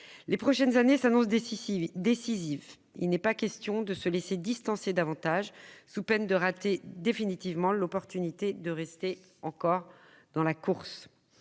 Les prochaines années s'annoncent décisives. Il n'est pas question de se laisser distancer davantage, sous peine de rater définitivement l'occasion de rester dans la course.